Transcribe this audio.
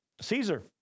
Caesar